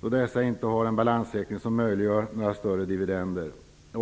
då dessa inte har en balansräkning som möjliggör några större dividender.